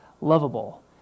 lovable